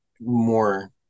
more